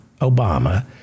Obama